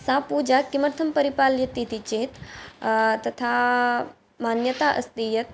सा पूजा किमर्थं परिपाल्यते इति चेत् तथा मान्यता अस्ति यत्